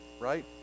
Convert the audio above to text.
right